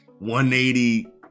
180